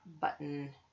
button